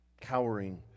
cowering